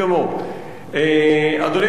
אדוני היושב-ראש,